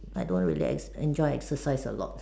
I don't really X enjoy exercise a lot